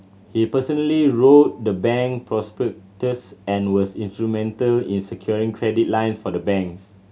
he personally wrote the bank prospectus and was instrumental in securing credit lines for the banks